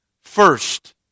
first